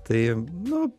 tai nu